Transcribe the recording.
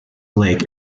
lake